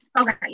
Okay